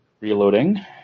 Reloading